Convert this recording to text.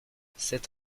cette